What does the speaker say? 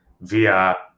via